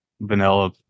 vanilla